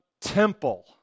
temple